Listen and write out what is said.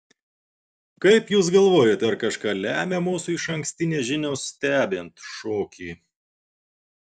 kaip jūs galvojate ar kažką lemia mūsų išankstinės žinios stebint šokį